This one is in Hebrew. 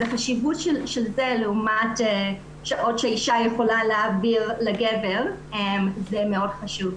אז החשיבות של זה לעומת שעות שהאישה יכולה להעביר לגבר זה מאוד חשוב.